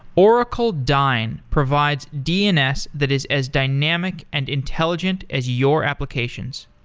oracle dyn provides dns that is as dynamic and intelligent as your applications.